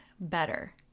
better